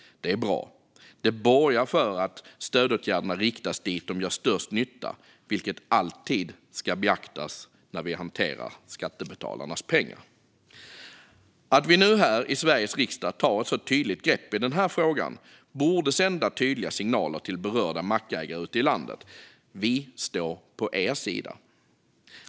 Det är bra. Det borgar för att stödåtgärderna riktas dit där de gör störst nytta, vilket alltid ska beaktas när vi hanterar skattebetalarnas pengar. Att vi nu här i Sveriges riksdag tar ett så tydligt grepp i den här frågan borde sända tydliga signaler till berörda mackägare ute i landet: Vi står på er sida.